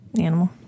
animal